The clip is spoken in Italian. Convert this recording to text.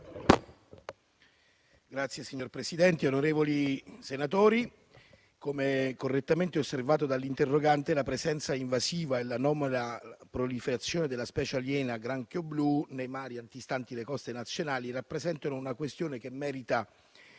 foreste*. Signor Presidente, onorevoli senatori, come correttamente osservato dall'interrogante, la presenza invasiva e l'anomala proliferazione della specie aliena granchio blu nei mari antistanti le coste nazionali rappresentano una questione che merita